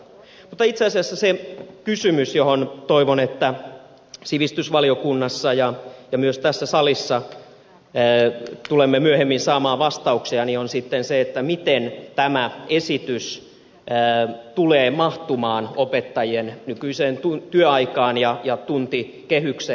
mutta itse asiassa se kysymys johon toivon että sivistysvaliokunnassa ja myös tässä salissa tulemme myöhemmin saamaan vastauksia on sitten se miten tämä esitys tulee mahtumaan opettajien nykyiseen työaikaan ja tuntikehykseen